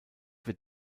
wird